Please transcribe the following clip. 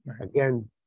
again